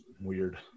Weird